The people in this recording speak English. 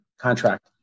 contract